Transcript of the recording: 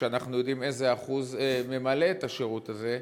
כשאנחנו יודעים איזה אחוז ממלא את השירות הזה,